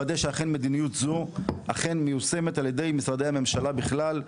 לוודא שאכן מדיניות זו מיושמת על ידי משרדי הממשלה בכלל,